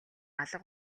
алга